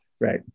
right